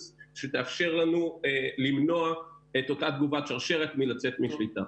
שתאפשר לנו למנוע את אותה תגובת שרשרת מלצאת משליטה.